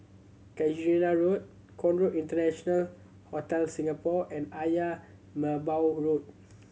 Casuarina Road Conrad International Hotel Singapore and Ayer Merbau Road